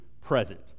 present